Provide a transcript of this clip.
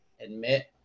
admit